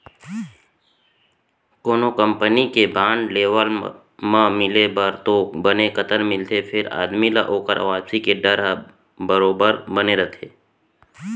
कोनो कंपनी के बांड लेवब म मिले बर तो बने कंतर मिलथे फेर आदमी ल ओकर वापसी के डर ह बरोबर बने रथे